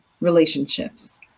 relationships